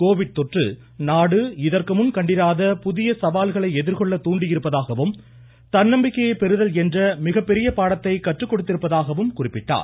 Covid தொற்று நாடு இதற்கு முன் கண்டிராத புதிய சவால்களை எதிர்கொள்ள தூண்டியிருப்பதாகவும் தன்னம்பிக்கையை பெறுதல் என்ற மிகப்பெரிய பாடத்தை கற்றுக் கொடுத்திருப்பதாகவும் கூறினார்